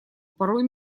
порою